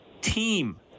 team